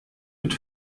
wird